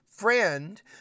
friend